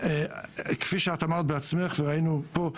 כפי שאמרת בעצמך וראינו פה,